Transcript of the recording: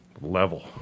level